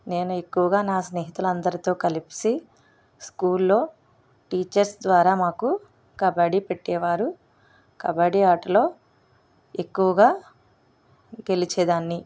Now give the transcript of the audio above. నేను ఎక్కువగా నా స్నేహితులందరికీ కలిసి స్కూల్లో టీచర్స్ ద్వారా మాకు కబడ్డీ పెట్టేవారు కబడ్డీ ఆటలో ఎక్కువగా గెలిచేదాన్ని